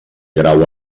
grau